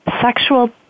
sexual